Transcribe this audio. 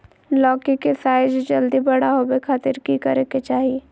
लौकी के साइज जल्दी बड़ा होबे खातिर की करे के चाही?